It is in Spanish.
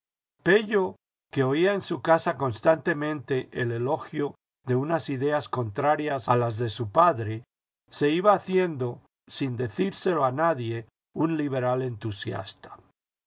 pello que oía en su casa constantemente el elogio de unas ideas contrarias a las de su padre se iba haciendo sin decírselo a nadie un liberal entusiasta